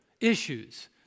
issues